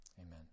Amen